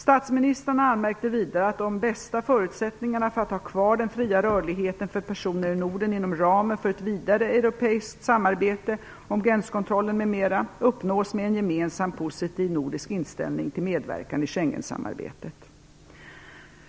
Statsministrarna anmärkte vidare att de bästa förutsättningarna för att ha kvar den fria rörligheten för personer in Norden inom ramen för ett vidare europeiskt samarbete om gränskontroller m.m. uppnås med en gemensam positiv nordisk inställning till medverkan i Schengensamarbetet.